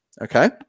okay